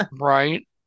right